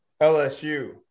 LSU